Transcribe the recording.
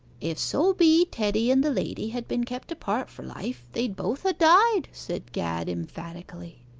if so be teddy and the lady had been kept apart for life, they'd both ha' died said gad emphatically.